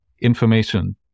information